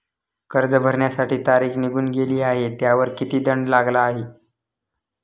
कर्ज भरण्याची तारीख निघून गेली आहे त्यावर किती दंड लागला आहे?